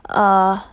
err